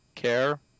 Care